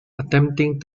attempting